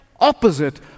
Opposite